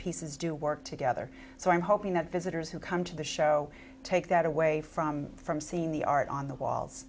pieces do work together so i'm hoping that visitors who come to the show take that away from from seeing the art on the walls